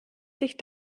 sich